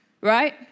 Right